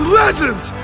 legends